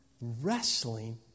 wrestling